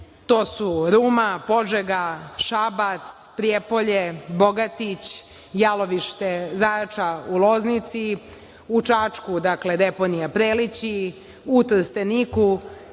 To su Ruma, Požega, Šabac, Prijepolje, Bogatić, jalovište Zajača u Loznici, u Čačku deponija „Prelići“, u Trsteniku